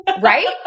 Right